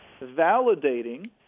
validating